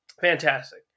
Fantastic